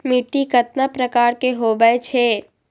मिट्टी कतना प्रकार के होवैछे?